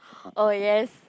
oh yes